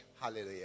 Hallelujah